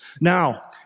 Now